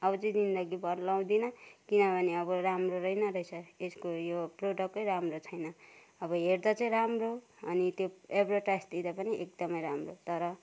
अब चाहिँ जिन्दगी भर लगाउँदिन किनभने अब राम्रो रहेन रहेछ यसको यो प्रोडक्टै राम्रो छैन अब हेर्दा चाहिँ राम्रो अनि त्यो एड्भर्टाइजतिर पनि एकदमै राम्रो तर